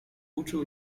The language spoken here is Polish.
uczuł